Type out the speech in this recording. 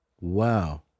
Wow